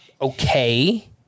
okay